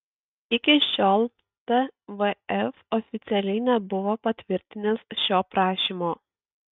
iki šiol tvf oficialiai nebuvo patvirtinęs šio prašymo